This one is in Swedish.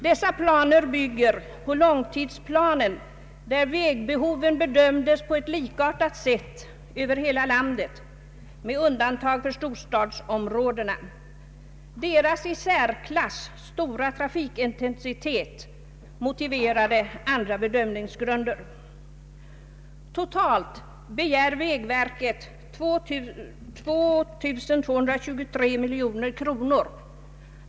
Dessa planer bygger på långtidsplanen, där vägbehoven bedömdes på ett likartat sätt över hela landet, med undantag för storstadsområdena, vars i särklass stora trafikintensitet motiverade andra bedömningsgrunder. Totalt begär vägverket 2223 000 000 kronor.